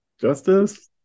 Justice